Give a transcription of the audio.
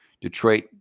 Detroit-